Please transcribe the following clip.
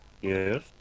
Yes